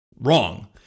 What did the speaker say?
Wrong